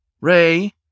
Ray